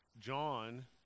john